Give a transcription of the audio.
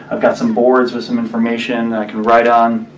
i've got some boards with some information i can write on.